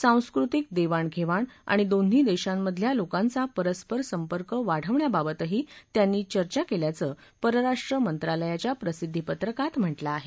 सांस्कृतिक देवाण घेवाण आणि दोन्ही देशांमधल्या लोकांचा परस्पर संपर्क वाढवण्याबाबतही त्यांनी चर्चा केल्याचं परराष्ट्र मंत्रालयाच्या प्रसिद्धी पत्रकात म्हटलं आहे